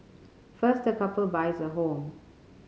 first the couple buys a home